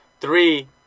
three